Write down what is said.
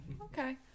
Okay